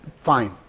fine